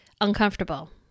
uncomfortable